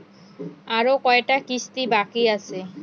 আরো কয়টা কিস্তি বাকি আছে?